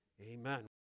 Amen